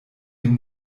dem